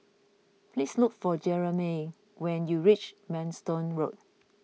please look for Jermey when you reach Manston Road